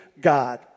God